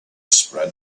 spread